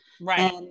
Right